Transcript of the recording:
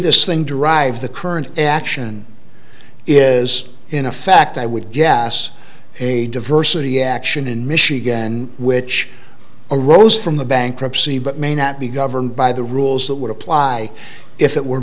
this thing derive the current action is in effect i would guess a diversity action in michigan which arose from the bankruptcy but may not be governed by the rules that would apply if it were